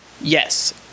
Yes